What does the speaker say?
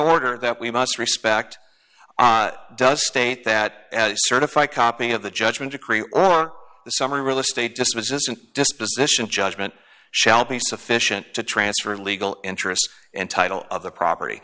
order that we must respect does state that a certified copy of the judgment decree or some real estate just resistant disposition judgment shall be sufficient to transfer legal interest and title of the property